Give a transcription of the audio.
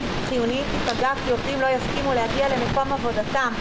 חיוניים תיפגע כי עובדים לא יסכימו להגיע למקום עבודתם,